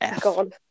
god